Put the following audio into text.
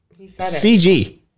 CG